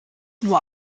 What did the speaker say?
nur